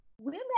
Women